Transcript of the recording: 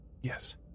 yes